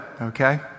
okay